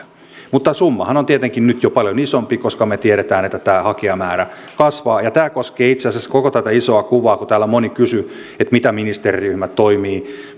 mutta summahan on tietenkin nyt jo paljon isompi koska me tiedämme että tämä hakijamäärä kasvaa tämä koskee itse asiassa koko tätä isoa kuvaa täällä moni kysyi miten ministeriryhmä toimii